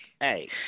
Hey